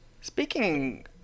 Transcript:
Speaking